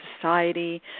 society